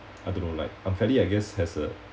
I don't know like I'm fairly I guess has a